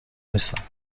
نیستند